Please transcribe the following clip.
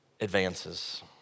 advances